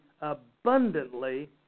abundantly